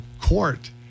court